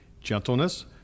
gentleness